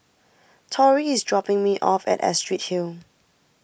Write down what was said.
Tori is dropping me off at Astrid Hill